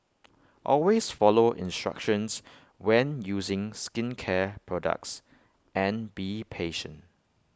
always follow instructions when using skincare products and be patient